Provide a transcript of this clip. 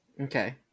Okay